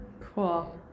cool